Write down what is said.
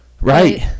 Right